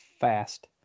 fast